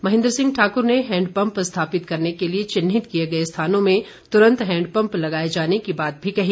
महेंद्र सिंह ठाकुर ने हैंडपम्प स्थापित करने के लिए चिन्हित किए गए स्थानों में तुरंत हैंडपम्प लगाए जाने की बात भी कही